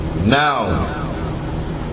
Now